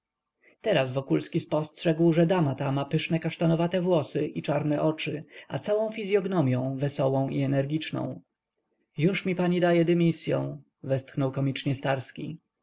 teraz wokulski spostrzegł że dama ta ma pyszne kasztanowate włosy i czarne oczy a całą fizyognomią wesołą i energiczną już mi pani daje dymisyą westchnął komicznie starski